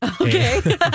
okay